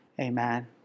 Amen